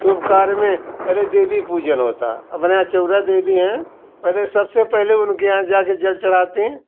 शुभ कार्य में पहले देवी पूजन होता है और माने अचौरा देवी हैं पहले सबसे पहले उनके यहाँ जा के जल चढ़ाते